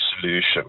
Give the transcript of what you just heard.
solution